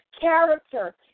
character